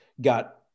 got